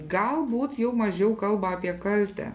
galbūt jau mažiau kalba apie kaltę